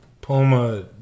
Puma